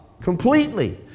completely